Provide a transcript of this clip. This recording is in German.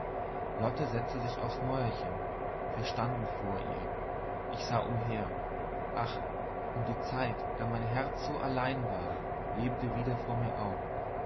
lotte setzte sich aufs mäuerchen wir standen vor ihr ich sah umher ach und die zeit da mein herz so allein war lebte wieder vor mir auf